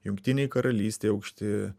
jungtinėj karalystėj aukšti